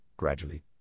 Gradually